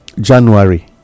january